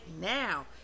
now